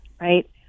right